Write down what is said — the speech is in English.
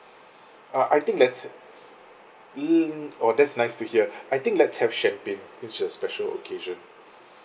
uh I think that's it mm oh that's nice to hear I think let's have champagne since it's a special occasion